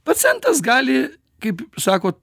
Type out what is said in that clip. pacientas gali kaip sako